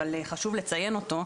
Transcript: אבל חשוב לציין אותו: